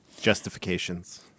Justifications